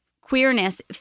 queerness